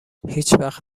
هیچوقت